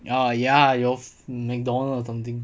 ya ya 有 McDonald's or something